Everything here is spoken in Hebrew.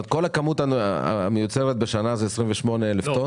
כלומר כל הכמות המיוצרת בשנה היא 28,000 טון?